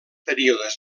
períodes